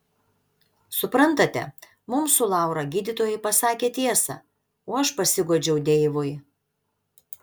suprantate mums su laura gydytojai pasakė tiesą o aš pasiguodžiau deivui